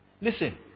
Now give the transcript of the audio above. Listen